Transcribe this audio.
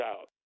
out